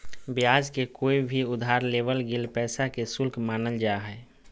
ब्याज के कोय भी उधार लेवल गेल पैसा के शुल्क मानल जा हय